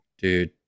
dude